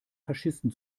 faschisten